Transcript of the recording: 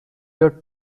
your